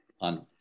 on